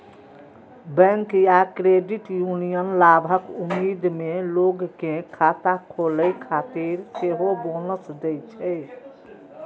bank या credit union लाभक उम्मीद मे लोग कें खाता खोलै खातिर सेहो बोनस दै छै